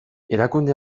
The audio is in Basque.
erakunde